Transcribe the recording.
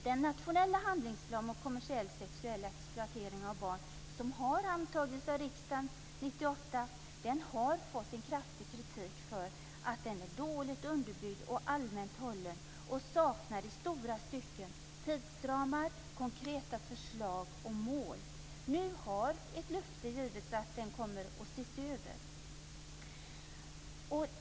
Den nationella handlingsplanen mot kommersiell sexuell exploatering av barn, som har antagits av riksdagen 1998, har fått en kraftig kritik för att den är dåligt underbyggd, allmänt hållen och i stora stycken saknar tidsramar, konkreta förslag och mål. Nu har ett löfte givits om att den kommer att ses över.